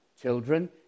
children